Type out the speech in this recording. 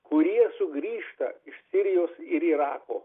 kurie sugrįžta iš sirijos ir irako